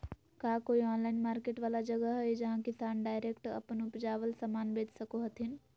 का कोई online market वाला जगह हइ जहां किसान डायरेक्ट अप्पन उपजावल समान बेच सको हथीन?